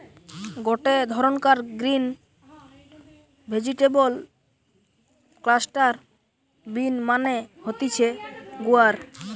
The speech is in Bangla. গটে ধরণকার গ্রিন ভেজিটেবল ক্লাস্টার বিন মানে হতিছে গুয়ার